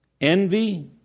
envy